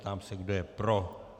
Ptám se, kdo je pro?